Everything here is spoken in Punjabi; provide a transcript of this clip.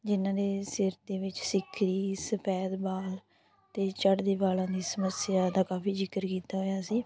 ਜਿਨ੍ਹਾਂ ਦੇ ਸਿਰ ਦੇ ਵਿੱਚ ਸਿੱਕਰੀ ਸਫੈਦ ਵਾਲ ਅਤੇ ਝੜਦੇ ਵਾਲਾਂ ਦੀ ਸਮੱਸਿਆ ਦਾ ਕਾਫ਼ੀ ਜ਼ਿਕਰ ਕੀਤਾ ਹੋਇਆ ਸੀ